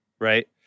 right